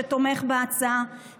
שתומך בהצעה,